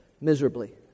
miserably